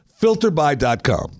Filterby.com